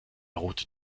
rote